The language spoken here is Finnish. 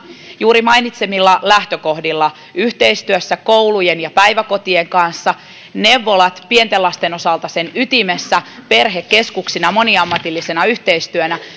juuri mainitsemillani lähtökohdilla yhteistyössä koulujen ja päiväkotien kanssa neuvolat pienten lasten osalta sen ytimessä perhekeskuksina moniammatillisena yhteistyönä